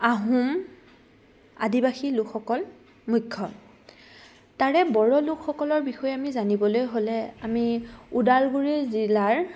আহোম আদিবাসী লোকসকল মুখ্য তাৰে বড়ো লোকসকলৰ বিষয়ে আমি জানিবলৈ হ'লে আমি ওদালগুৰি জিলাৰ